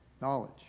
Knowledge